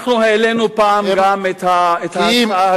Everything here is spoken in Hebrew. אנחנו העלינו פעם גם את ההצעה הזו,